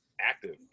active